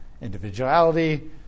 individuality